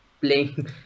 playing